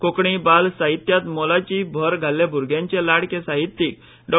कोंकणी बाल साहित्यांत मोलाची भर घाल्ले भुरग्यांचे लाडके साहित्यीक डॉ